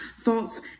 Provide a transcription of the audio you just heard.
thoughts